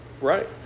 Right